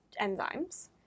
enzymes